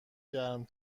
گرم